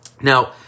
Now